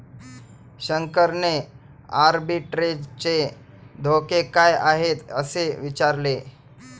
शंकरने आर्बिट्रेजचे धोके काय आहेत, असे विचारले